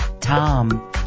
Tom